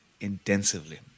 intensively